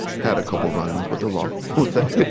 had a couple run-ins with the law, we'll say.